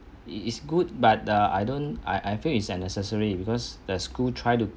it is good but uh I don't I I feel is unnecessary because the school try to